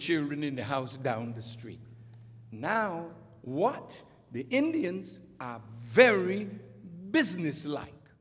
children in the house down the street now what the indians are very businesslike